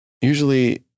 usually